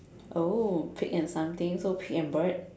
oh pig and something so pig and bird